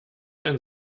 ein